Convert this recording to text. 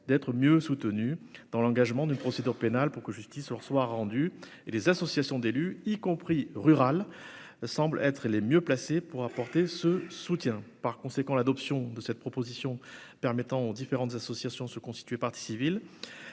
d'être mieux soutenus dans l'engagement d'une procédure pénale pour que justice leur soit rendue et les associations d'élus, y compris rural semblent être les mieux placés pour apporter ce soutien, par conséquent, l'adoption de cette proposition permettant aux différentes associations se constituer partie civile,